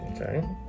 Okay